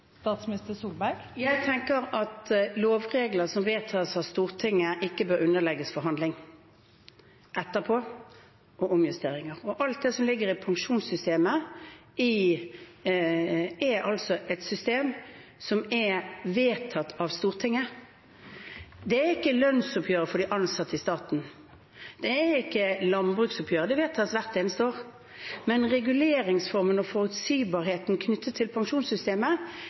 Jeg tenker at lovregler som vedtas av Stortinget, ikke bør underlegges forhandlinger og omjusteringer etterpå. Alt som ligger i pensjonssystemet, er altså et system som er vedtatt av Stortinget. Det er ikke lønnsoppgjøret for de ansatte i staten. Det er ikke landbruksoppgjøret. Det vedtas hvert eneste år. Men reguleringsformene og forutsigbarheten knyttet til pensjonssystemet